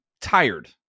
tired